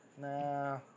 Nah